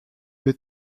vais